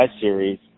series